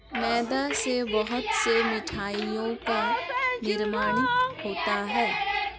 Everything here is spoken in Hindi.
मैदा से बहुत से मिठाइयों का निर्माण होता है